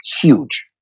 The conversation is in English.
huge